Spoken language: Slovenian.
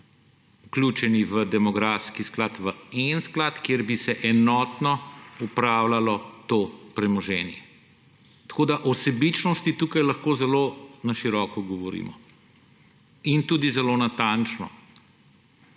vključeni v demografski sklad, v en sklad, kjer bi se enotno upravljalo to premoženje. Tako da o sebičnosti tukaj lahko na zelo široko govorimo in tudi zelo natančno.